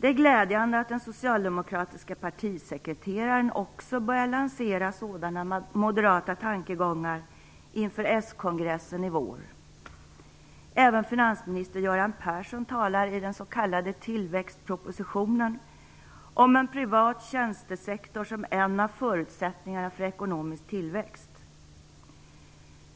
Det är glädjande att den socialdemokratiska partisekreteraren också börjar lansera sådana moderata tankegånger inför den socialdemokratiska kongressen i vår. Även finansminister Göran Persson talar i den s.k. tillväxtpropositionen om en privat tjänstesektor som en av förutsättningarna för ekonomisk tillväxt.